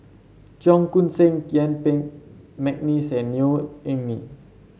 Cheong Koon Seng Yuen Peng McNeice and Neo Anngee